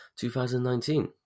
2019